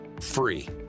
free